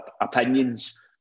opinions